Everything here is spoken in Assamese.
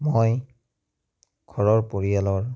মই ঘৰৰ পৰিয়ালৰ